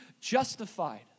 justified